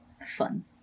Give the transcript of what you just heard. fun